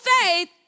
faith